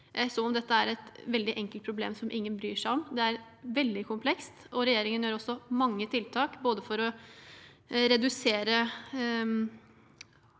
som om dette er et veldig enkelt problem ingen bryr seg om. Det er veldig komplekst, og regjeringen gjør også mange tiltak, både for å redusere